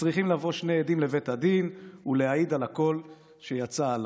וצריכים לבוא שני עדים לבית הדין ולהעיד על הקול שיצא עליו".